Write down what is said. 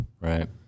Right